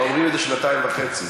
כבר אומרים את זה שנתיים וחצי.